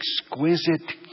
exquisite